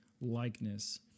likeness